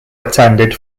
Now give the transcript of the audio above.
attended